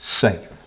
safe